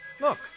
Look